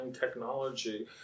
technology